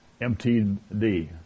MTD